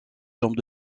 jambes